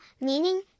meaning